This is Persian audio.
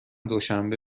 دوشنبه